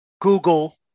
Google